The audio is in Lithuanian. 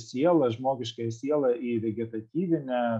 sielą žmogiškąją sielą į vegetatyvinę